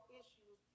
issues